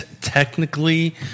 technically